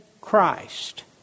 Christ